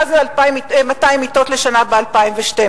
מה זה 200 מיטות לשנה ב-2012?